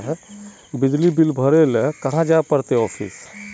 बिजली बिल भरे ले कहाँ जाय पड़ते ऑफिस?